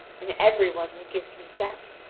and every one will give consent.